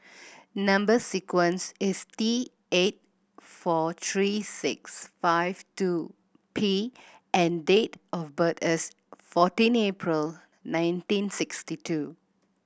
number sequence is T eight four three six five two P and date of birth is fourteen April nineteen sixty two